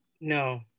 No